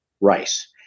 rice